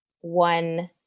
one